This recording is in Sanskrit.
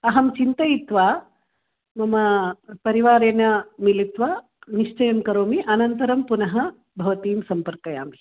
अहं चिन्तयित्वा मम परिवारेण मिलित्वा निश्चयं करोमि अनन्तरं पुनः भवतीं सम्पर्कयामि